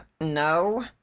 No